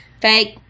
Fake